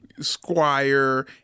Squire